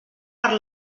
per